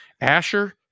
Asher